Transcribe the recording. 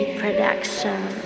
production